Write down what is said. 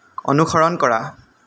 অনুসৰণ কৰা